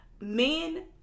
Men